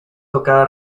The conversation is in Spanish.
tocada